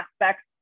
aspects